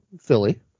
philly